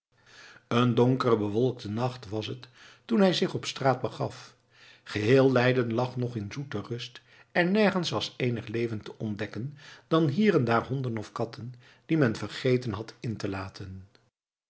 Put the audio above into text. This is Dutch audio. een donkere bewolkte nacht was het toen hij zich op straat begaf geheel leiden lag nog in zoete rust en nergens was eenig leven te ontdekken dan hier en daar honden of katten die men vergeten had in te laten